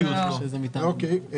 אוקיי.